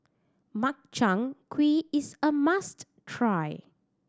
Makchang Gui is a must try